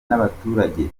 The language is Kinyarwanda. n’abaturage